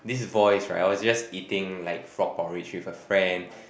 this boys right I was just eating like frog porridge with a friend